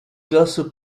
classe